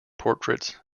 portraits